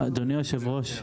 אדוני היושב ראש,